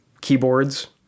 keyboards